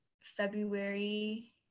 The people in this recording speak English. February